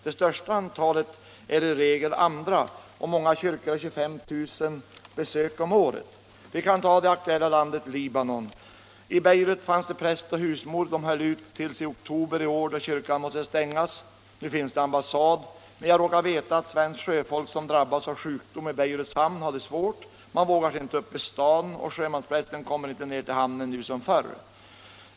Det största antalet besökare är i regel andra — och många kyrkor har 25 000 besök om året. Vi kan ta det aktuella landet Libanon som exempel. I Beirut fanns präst och husmor, som höll ut till i oktober i år, då kyrkan måste stängas. Nu finns det ambassad, men jag råkar veta att svenskt sjöfolk som drabbas av sjukdom i Beiruts hamn har det svårt. De vågar sig inte upp till staden, och sjömansprästen kommer inte ner till hamnen nu som förr.